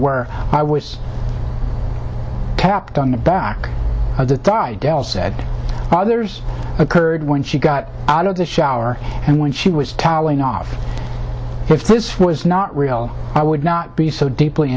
where i was kept on the back of the tide dell said others occurred when she got out of the shower and when she was going off if this was not real i would not be so deeply